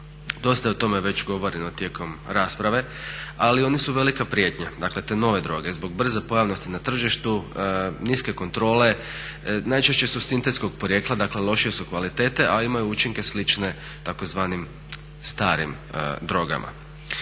Dosta je o tome već govoreno tijekom rasprave ali oni su velika prijetnja, dakle te nove droge. Zbog brze pojavnosti na tržištu, niske kontrole, najčešće su sintetskog porijekla dakle lošije su kvalitete a imaju učinke slične tzv. "starim drogama".